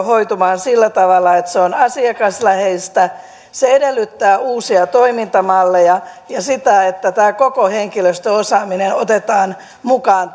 hoitumaan sillä tavalla että se on asiakasläheistä se edellyttää uusia toimintamalleja ja sitä että tämä koko henkilöstöosaaminen otetaan mukaan